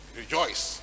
rejoice